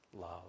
love